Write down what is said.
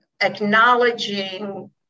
acknowledging